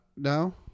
no